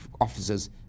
officers